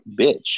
bitch